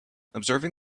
observing